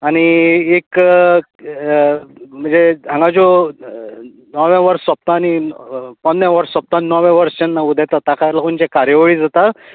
आनी एक अं अं म्हणजे हांगा ज्यो नवें वर्स सोंपता आनी पोरणें वर्स सोंपता आनी नवें वर्स जे उदेंता ताका लागून जे कार्यावळीं जाता